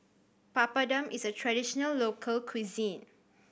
papadum is a traditional local cuisine